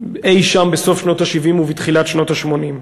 אי-שם בסוף שנות ה-70 ובתחילת שנות ה-80.